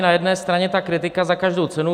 Na jedné straně mi vadí kritika za každou cenu.